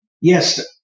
Yes